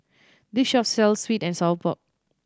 this shop sells sweet and sour pork